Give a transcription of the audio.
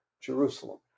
Jerusalem